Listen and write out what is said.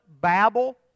babble